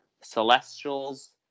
Celestials